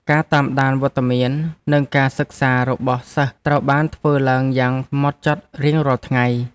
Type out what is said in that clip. ការតាមដានវត្តមាននិងការសិក្សារបស់សិស្សត្រូវបានធ្វើឡើងយ៉ាងហ្មត់ចត់រៀងរាល់ថ្ងៃ។